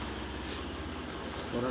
किसानेर मित्र कहाक कोहचे आर कन्हे?